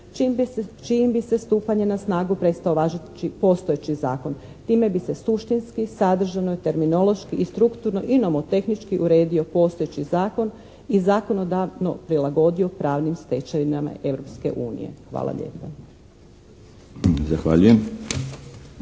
čijim bi se stupanjem na snagu preostao važiti postojeći zakon. Time bi se suštinski, sadržajno, terminološki i strukturno i nomotehnički uredio postojeći Zakon i zakonodavno prilagodio pravnim stečevinama Europske unije.